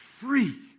free